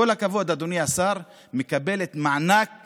כל הכבוד, אדוני השר, מקבלת מענק